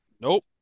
Nope